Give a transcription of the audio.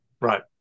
Right